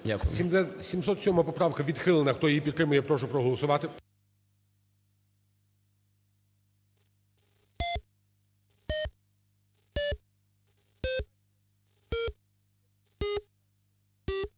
707 поправка відхилена. Хто її підтримує, я прошу проголосувати.